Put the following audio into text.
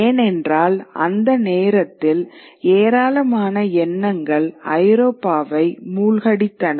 ஏனென்றால் அந்த நேரத்தில் ஏராளமான எண்ணங்கள் ஐரோப்பாவை மூழ்கடித்தன